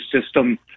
system